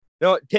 No